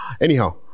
Anyhow